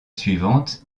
suivante